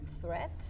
threat